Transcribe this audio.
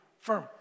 firm